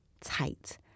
tight